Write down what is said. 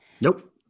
Nope